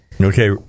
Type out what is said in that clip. Okay